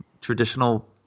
traditional